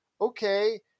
okay